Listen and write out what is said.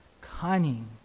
cunning